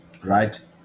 right